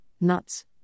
nuts